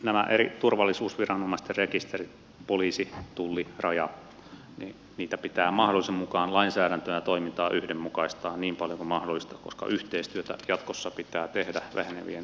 näiden eri turvallisuusviranomaisten poliisin tullin rajan rekisterien lainsäädäntöä ja toimintaa pitää yhdenmukaistaa niin paljon kuin mahdollista koska yhteistyötä jatkossa pitää tehdä vähenevien resurssien aikana